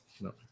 No